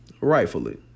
rightfully